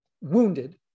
wounded